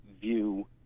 view